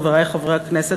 חברי חברי הכנסת,